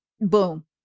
boom